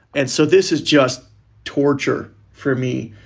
and so this is just torture for me.